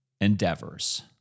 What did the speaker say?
endeavors